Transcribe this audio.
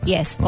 Yes